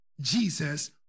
Jesus